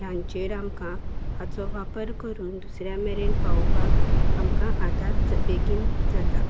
हांचेर आमकां हाचो वापर करून दुसऱ्या मेरेन पावोवपाक आमकां आदार बेगीन जाता